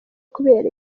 kubera